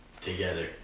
together